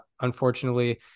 unfortunately